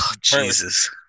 Jesus